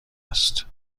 است